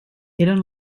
eren